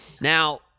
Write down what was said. Now